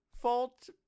fault